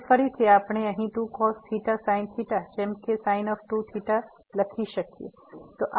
જેને ફરીથી આપણે અહીં 2cos sin જેમ કે sin 2θ લખી શકીએ છીએ